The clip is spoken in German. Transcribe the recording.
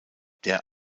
der